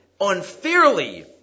unfairly